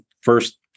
first